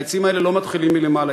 העצים האלה לא מתחילים מלמעלה.